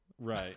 Right